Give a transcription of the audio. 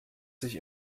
sich